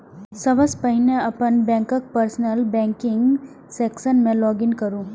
सबसं पहिने अपन बैंकक पर्सनल बैंकिंग सेक्शन मे लॉग इन करू